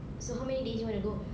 so how many days you want to go